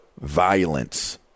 violence